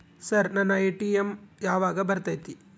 Sir ನನ್ನ ATM ಯಾವಾಗ ಬರತೈತಿ?